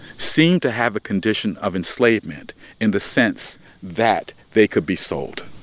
seem to have a condition of enslavement in the sense that they could be sold